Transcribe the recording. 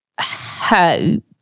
hope